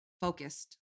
Focused